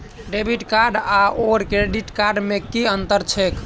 Debit card आओर credit card मे की अन्तर छैक?